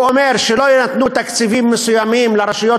הוא אומר שלא יינתנו תקציבים מסוימים לרשויות